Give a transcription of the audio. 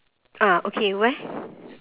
ah okay where